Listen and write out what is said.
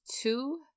two